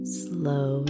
slow